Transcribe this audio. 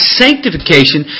sanctification